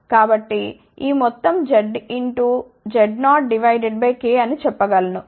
కాబట్టి ఈ మొత్తం 2 Z0 k అని చెప్పగలను